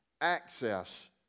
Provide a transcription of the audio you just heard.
access